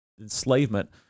enslavement